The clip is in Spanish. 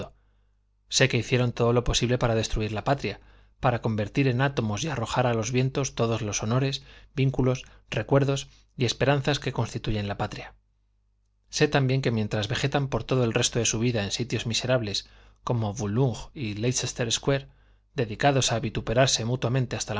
sé que hicieron todo lo posible para destruir la patria para convertir en átomos y arrojar a los vientos todos los honores vínculos recuerdos y esperanzas que constituyen la patria sé también que mientras vegetan por todo el resto de su vida en sitios miserables como boulogne y léicester square dedicados a vituperarse mutuamente hasta